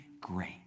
great